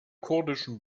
kurdischen